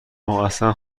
امااصلا